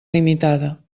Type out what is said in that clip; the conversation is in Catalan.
limitada